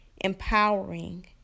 empowering